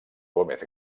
gómez